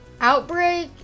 Outbreak